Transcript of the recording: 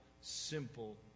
simple